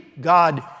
God